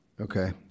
Okay